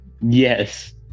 Yes